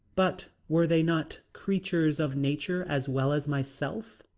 but were they not creatures of nature as well as myself?